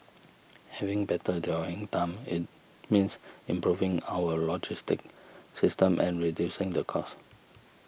having better dwelling time it means improving our logistic system and reducing the cost